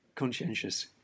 conscientious